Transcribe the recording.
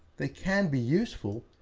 they can be useful,